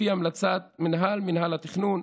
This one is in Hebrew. לפי המלצת מנהל מינהל התכנון,